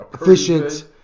efficient